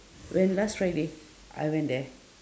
when last friday I went there